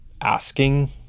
asking